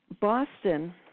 Boston